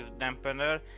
Dampener